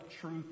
truth